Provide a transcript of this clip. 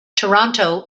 toronto